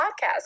podcast